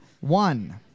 one